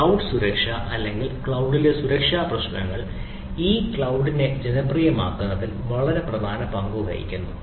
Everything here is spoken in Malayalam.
ക്ലൌഡ് സുരക്ഷ അല്ലെങ്കിൽ ക്ലൌഡിലെ സുരക്ഷാ പ്രശ്നങ്ങൾ ഈ ക്ലൌഡ് കമ്പ്യൂട്ടിംഗിനെ ജനപ്രിയമാക്കുന്നതിൽ വളരെ പ്രധാന പങ്ക് വഹിക്കുന്നു